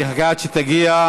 אחכה עד שתגיע.